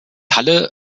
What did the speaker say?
halle